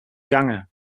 gange